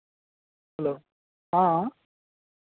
hello हँ